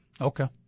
Okay